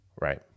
Right